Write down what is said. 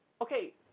Okay